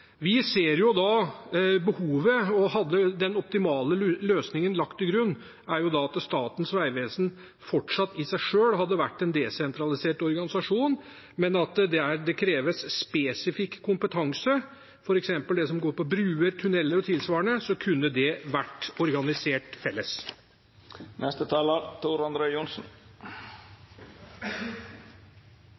Vi ser behovet, og hadde den optimale løsningen vært lagt til grunn, at Statens vegvesen fortsatt i seg selv hadde vært en desentralisert organisasjon, kunne det vært organisert felles. Men det kreves spesifikk kompetanse, f.eks. på bruer, tunneler og tilsvarende. Når det